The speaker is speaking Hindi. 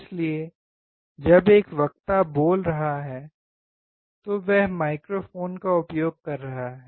इसलिए जब एक वक्ता बोल रहा है तो वह माइक्रोफोन का उपयोग कर रहा है